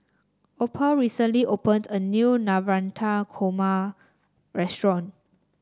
Opal recently opened a new Navratan Korma restaurant